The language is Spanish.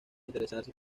interesarse